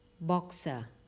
Boxer